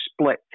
split